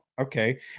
okay